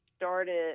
Started